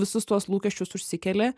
visus tuos lūkesčius užsikeli